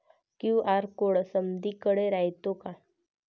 QR code समदीकडे रायतो का?